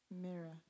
Mirror